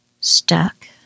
stuck